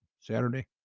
Saturday